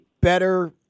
better